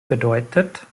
bedeutet